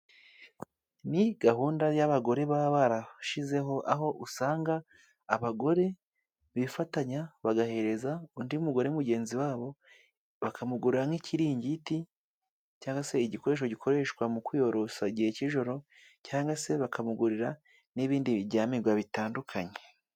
Ni gahunda y'abagore baba barashizeho aho usanga abagore bifatanya bagahereza undi mugore mugenzi wabo, bakamugurira nk'ikiringiti cyangwa se igikoresho gikoreshwa mu kwiyorosa igihe cy'ijoro, cyangwa se bakamugurira n'ibindi bijyamibwa bitandukanye.